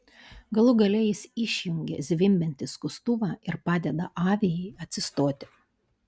galų gale jis išjungia zvimbiantį skustuvą ir padeda aviai atsistoti